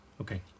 Okay